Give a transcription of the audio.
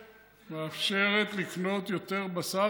מאפשרת לקנות יותר בשר.